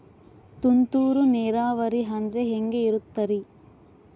ತುಂತುರು ನೇರಾವರಿ ಅಂದ್ರೆ ಹೆಂಗೆ ಇರುತ್ತರಿ?